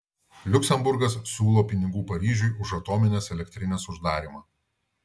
liuksemburgas siūlo pinigų paryžiui už atominės elektrinės uždarymą